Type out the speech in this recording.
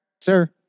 sir